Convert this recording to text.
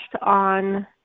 on